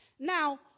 Now